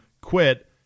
quit